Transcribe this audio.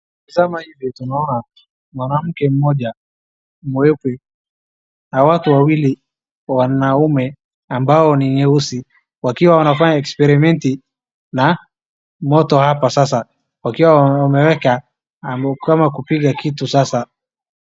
Tukitazama hivi tunaona mwanamke mmoja mweupe na watu wawili wanaume ambao ni weusi, wakiwa wanafanya experiment na moto hapa sasa, wakiwa wameweka, kama kupika kitu sasa.